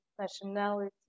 nationality